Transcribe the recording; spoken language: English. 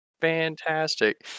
Fantastic